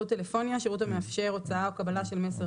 שירות המאפשר הוצאה או קבלה של מסר